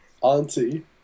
Auntie